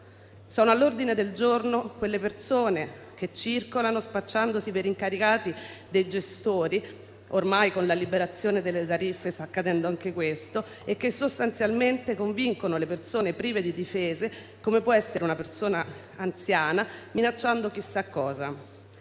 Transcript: sono all'ordine del giorno persone che circolano spacciandosi per incaricati di gestori vari (ormai, con la liberalizzazione delle tariffe, sta accadendo anche questo) e che sostanzialmente convincono persone prive di difese, come può essere una persona anziana, minacciando chissà cosa.